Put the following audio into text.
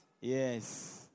Yes